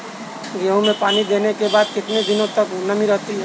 गेहूँ में पानी देने के बाद कितने दिनो तक नमी रहती है?